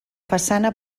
façana